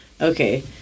Okay